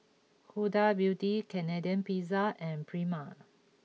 Huda Beauty Canadian Pizza and Prima